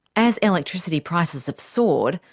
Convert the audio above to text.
as electricity prices have soared,